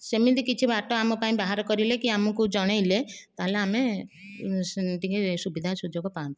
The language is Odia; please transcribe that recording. ସେମିତି କିଛି ବାଟ ଆମ ପାଇଁ ବାହାର କରିଲେ କି ଆମକୁ ଜଣେଇଲେ ତାହେଲେ ଆମେ ଟିକିଏ ସୁବିଧା ସୁଯୋଗ ପାଆନ୍ତୁ